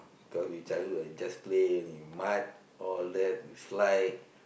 cause we childhood I just play only mud all that slide